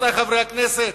רבותי חברי הכנסת,